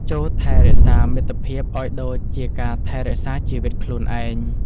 ចូរថែរក្សាមិត្តភាពឱ្យដូចជាការថែរក្សាជីវិតខ្លួនឯង។